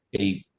a.